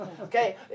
Okay